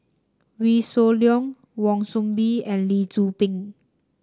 Wee Shoo Leong Wan Soon Bee and Lee Tzu Pheng